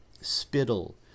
spittle